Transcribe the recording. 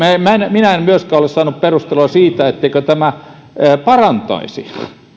minä en myöskään ole saanut perustelua siitä etteikö tämä parantaisi